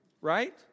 Right